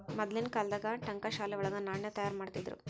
ಮದ್ಲಿನ್ ಕಾಲ್ದಾಗ ಠಂಕಶಾಲೆ ವಳಗ ನಾಣ್ಯ ತಯಾರಿಮಾಡ್ತಿದ್ರು